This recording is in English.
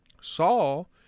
Saul